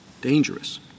dangerous